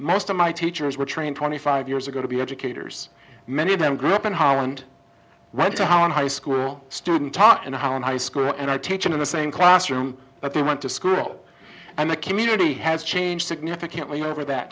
most of my teachers were trained twenty five years ago to be educators many of them grew up in holland went to high school student taught and how in high school and i teach in the same classroom but they went to school and the community has changed significantly over that